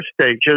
stages